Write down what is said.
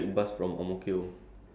ya it's only four stops